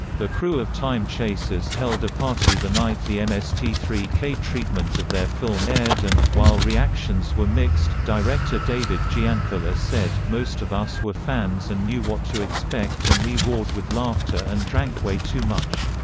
the crew of time chasers held a party the night the m s t three k treatment of their film aired and, while reactions were mixed, director david giancola said, most of us were fans and knew what to expect and we roared with laughter and drank way too much.